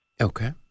Okay